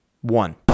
one